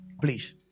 Please